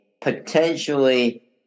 potentially